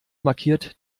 markiert